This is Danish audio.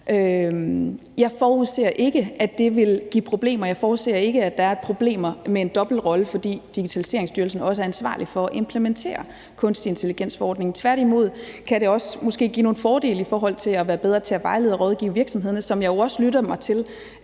Jeg forudser ikke, at det vil give problemer, jeg forudser ikke, at der er problemer med en dobbeltrolle, for Digitaliseringsstyrelsen er også ansvarlig for at implementere kunstig intelligens-forordningen. Tværtimod kan det måske også give nogle fordele i forhold til at være bedre til at vejlede og rådgive virksomhederne, som jeg jo også lytter mig til